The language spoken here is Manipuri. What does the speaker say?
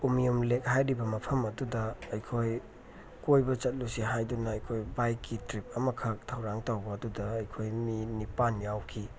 ꯎꯝꯃꯤꯌꯣꯝ ꯂꯦꯛ ꯍꯥꯏꯔꯤꯕ ꯃꯐꯝ ꯑꯗꯨꯗ ꯑꯩꯈꯣꯏ ꯀꯣꯏꯕ ꯆꯠꯂꯨꯁꯤ ꯍꯥꯏꯗꯨꯅ ꯑꯩꯈꯣꯏ ꯕꯥꯏꯛꯀꯤ ꯇ꯭ꯔꯤꯞ ꯑꯃꯈꯛ ꯊꯧꯔꯥꯡ ꯇꯧꯕ ꯑꯗꯨꯗ ꯑꯩꯈꯣꯏ ꯃꯤ ꯅꯤꯄꯥꯟ ꯌꯥꯎꯈꯤ